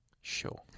Sure